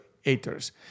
haters